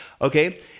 okay